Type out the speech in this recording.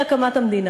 ועשה את הדברים.